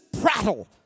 prattle